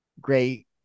great